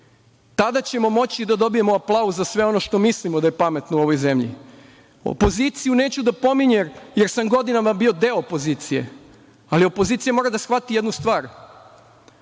tada ćemo moći da dobijemo aplauz za sve ono što mislimo da je pametno u ovoj zemlji. Opoziciju neću da pominjem, jer sam godinama bio deo opozicije, ali opozicija mora da shvati jednu stvar,